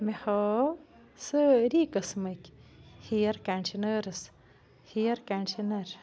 مےٚ ہاو سٲرِی قسمٕکۍ ہِیَر کَنڈِشِنٲرٕس ہِیَر کنٛڈِشنَر